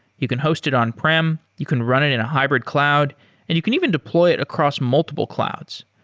you can host it on-prem, you can run it in a hybrid cloud and you can even deploy it across multiple clouds.